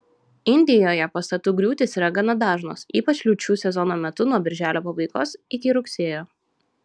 indijoje pastatų griūtys yra gana dažnos ypač liūčių sezono metu nuo birželio pabaigos iki rugsėjo